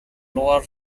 lower